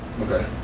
Okay